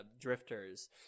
drifters